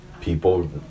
people